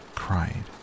cried